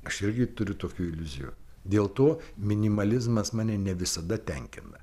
aš irgi turiu tokių iliuzijų dėl to minimalizmas mane ne visada tenkina